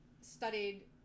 studied